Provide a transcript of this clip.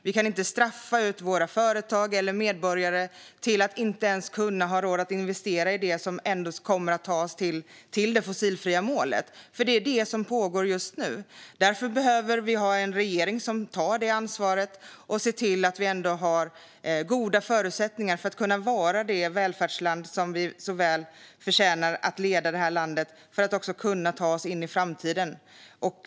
Vi kan inte straffa ut våra företag eller medborgare, så att de inte ens har råd att investera i det som kommer att ta oss till det fossilfria målet, vilket är det som pågår just nu. Därför behöver vi ha en regering som tar det ansvaret och ser till att vi har goda förutsättningar att vara det välfärdsland som vi så väl förtjänar att vara och kan ta oss in i framtiden.